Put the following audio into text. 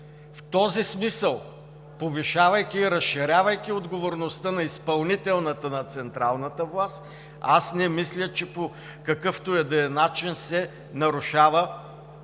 В този смисъл, повишавайки и разширявайки отговорността на изпълнителната, на централната власт, аз не мисля, че по какъвто и да е начин се нарушава